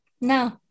no